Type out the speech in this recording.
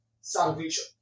salvation